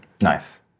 Nice